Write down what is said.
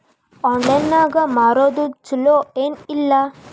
Online ನಾಗ್ ಮಾರೋದು ಛಲೋ ಏನ್ ಇಲ್ಲ?